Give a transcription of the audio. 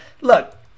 Look